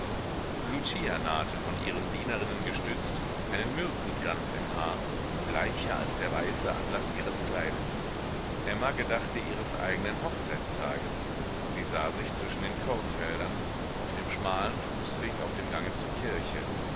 lucia nahte von ihren dienerinnen gestützt einen myrtenkranz im haar bleicher als der weiße atlas ihres kleides emma gedachte ihres eigenen hochzeitstages sie sah sich zwischen den kornfeldern auf dem schmalen fußweg auf dem gange zur kirche